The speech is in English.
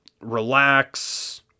relax